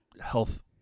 health